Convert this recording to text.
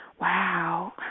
Wow